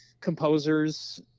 composers